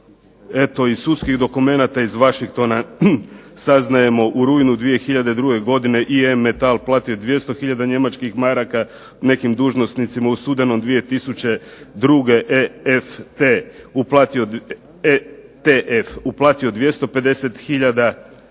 eto i sudskih dokumenata iz Washingtona saznajemo u rujnu 2002. godine IM Metala platio 200 tisuća njemačkim maraka, nekim dužnosnicima u studenom 2002. ETF uplatio 250 tisuća